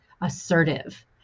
assertive